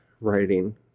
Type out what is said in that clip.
writing